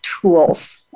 tools